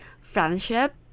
friendship